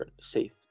safe